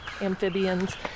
amphibians